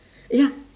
ya